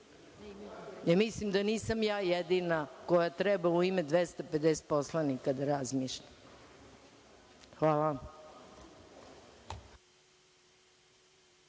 jer mislim da nisam ja jedina koja treba u ime 250 poslanika da razmišljam. Hvala